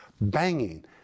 banging